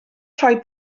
rhoi